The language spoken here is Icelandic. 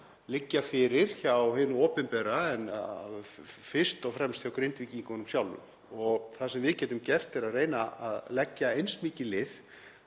liggja fyrir hjá hinu opinbera en fyrst og fremst hjá Grindvíkingum sjálfum. Það sem við getum gert er að reyna að leggja eins mikið lið